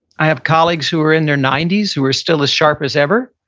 i have colleagues who are in their nineties who are still as sharp as ever.